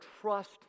trust